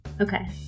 Okay